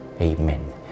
Amen